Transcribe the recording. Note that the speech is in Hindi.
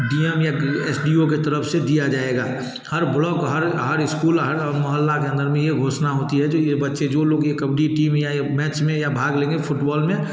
डी एम या एस डी ओ के तरफ़ से दिया जाएगा हर ब्लॉक हर हर इस्कूल हर मोहल्ले के अंदर में ये घोषणा होती है जो ये बच्चे जो लोग ये कबड्डी टीम या मैच में या भाग लेंगे फुटबॉल में